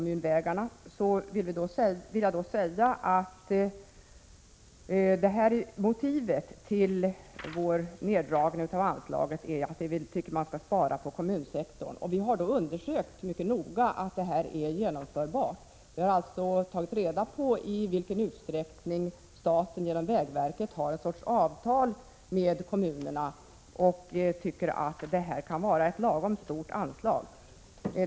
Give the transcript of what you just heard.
Motivet till vårt förslag om neddragning av anslaget är att vi tycker att man skall spara på kommunsektorn. Vi har mycket noga undersökt om vårt förslag är genomförbart. Vi har alltså tagit reda på i vilken utsträckning staten genom vägverket har en sorts avtal med kommunerna, och vi tycker att det anslag vi föreslår är lagom stort.